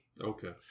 Okay